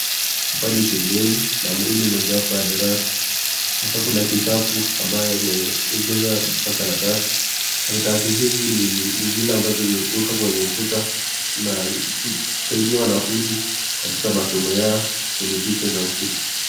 Hapa ni shuleni na ni moja ya pa darasa. Hapa kuna kikapu ambaye imeegezwa kwa karatasi. Karatasi hizi ni zile ambazo huwekwa kwenye ukuta na kusaidia wanafunzi katika masomo yao kwenye picha za ukuta.